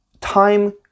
Time